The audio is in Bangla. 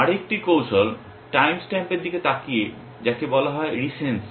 আরেকটি কৌশল টাইম স্ট্যাম্পের দিকে তাকিয়ে যাকে বলা হয় রিসেনসি